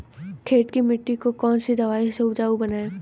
खेत की मिटी को कौन सी दवाई से उपजाऊ बनायें?